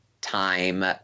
time